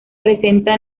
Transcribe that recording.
presenta